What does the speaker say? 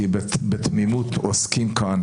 כי בתמימות עוסקים כאן